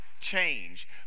change